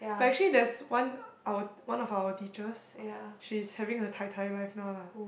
but actually there's one our one of our teachers she's having a Tai-Tai life now lah